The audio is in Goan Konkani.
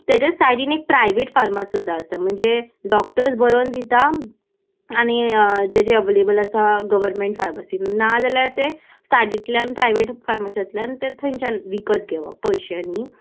तेज्या सायडीन एक प्रायवेट फार्मास सुद्दां आसा म्हणजे डॉक्टर्स बरोवन दिता आनी जे जे अवेलेबल आसा गव्हर्मेंट फार्मासीन ना जाल्यार ते सायडींतल्यान प्रायवेट फार्मासांतल्यान ते थंयच्यान विकत घेवप पयश्यांनीं